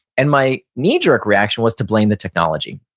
and my knee-jerk reaction was to blame the technology.